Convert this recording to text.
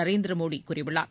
நரேந்திர மோடி கூறியுள்ளார்